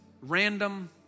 random